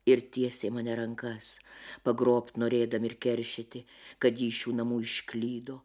ir tiesia į mane rankas pagrobt norėdami ir keršyti kad ji iš šių namų išklydo